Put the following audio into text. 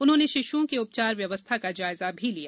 उन्होंने शिशुओं के उपचार व्यवस्था का जायजा लिया